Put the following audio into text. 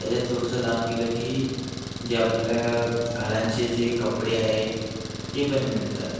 त्याच्यात थोडंसं लांब गेलं की जे आपलं घालायचे जे कपडे आहे ते पण मिळतात